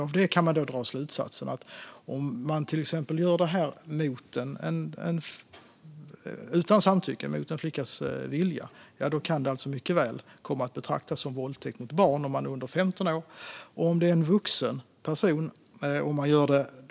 Av det kan man dra slutsatsen att det mycket väl kan komma att betraktas som våldtäkt mot barn om man till exempel gör det här utan samtycke mot en flicka som är under 15 år, det vill säga mot hennes vilja.